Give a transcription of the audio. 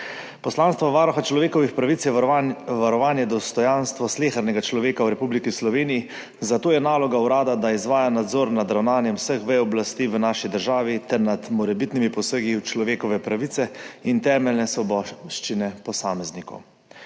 Poslanstvo Varuha človekovih pravic je varovanje dostojanstva slehernega človeka v Republiki Sloveniji, zato je naloga urada, da izvaja nadzor nad ravnanjem vseh vej oblasti v naši državi ter nad morebitnimi posegi v človekove pravice in temeljne svoboščine posameznikov.